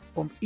om